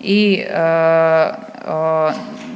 I